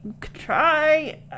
try